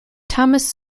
thomas